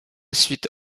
suite